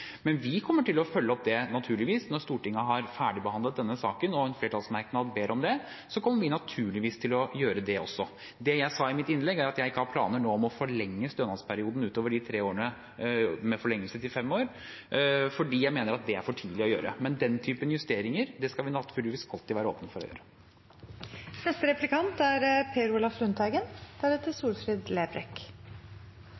Men vi kommer til å følge opp det, naturligvis. Når Stortinget har ferdigbehandlet denne saken, og en flertallsmerknad ber om det, så kommer vi naturligvis til å gjøre det også. Det jeg sa i mitt innlegg, er at jeg ikke har planer nå om å forlenge stønadsperioden utover de tre årene, med forlengelse til fem år, fordi jeg mener det er for tidlig å gjøre. Men den typen justeringer skal vi naturligvis alltid være åpne for å